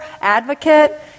advocate